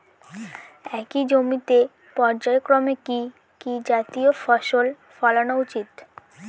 একই জমিতে পর্যায়ক্রমে কি কি জাতীয় ফসল ফলানো উচিৎ?